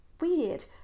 weird